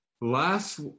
Last